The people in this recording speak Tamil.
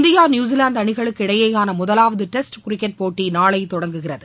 இந்தியா நியூசிவாந்து அணிகளுக்கு இடையேயான முதவாவது டெஸ்ட் கிரிக்கெட் போட்டி நாளை தொடங்குகிறது